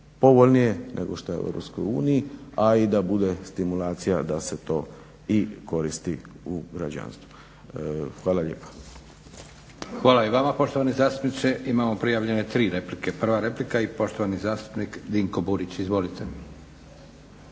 povoljnije nego što je u EU, a i da bude stimulacija da se to i koristi u građanstvu. Hvala lijepa. **Leko, Josip (SDP)** Hvala i vama poštovani zastupniče. Imamo prijavljene tri replike. Prva replika i poštovani zastupnik Dinko Burić. Izvolite.